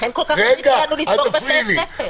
לכן כל כך התאמצנו לסגור בתי ספר.